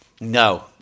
No